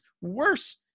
worse